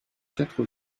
quatre